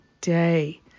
day